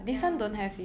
ya lor